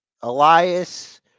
Elias